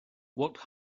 worked